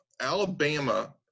Alabama